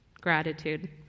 gratitude